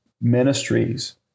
ministries